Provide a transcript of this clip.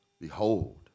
behold